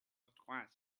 trois